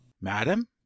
Madam